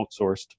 outsourced